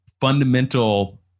fundamental